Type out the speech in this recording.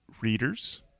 readers